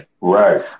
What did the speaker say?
Right